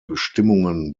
bestimmungen